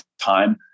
time